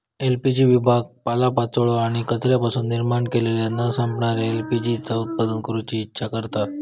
LPG विभाग पालोपाचोळो आणि कचऱ्यापासून निर्माण केलेल्या न संपणाऱ्या एल.पी.जी चा उत्पादन करूची इच्छा करता